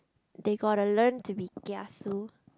they gotta learn to be kiasu